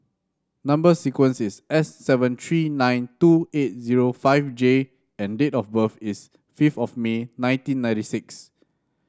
number sequence is S seven three nine two eight zero five J and date of birth is fifth of May nineteen ninety six